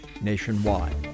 nationwide